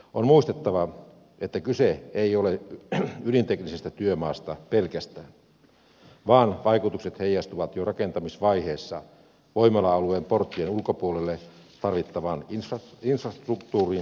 on muistettava että kyse ei ole ydinteknisestä työmaasta pelkästään vaan vaikutukset heijastuvat jo rakentamisvaiheessa voimala alueen porttien ulkopuolella tarvittavaan infrastruktuuriin ja palveluihin